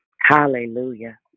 Hallelujah